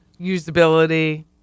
usability